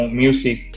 music